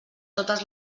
totes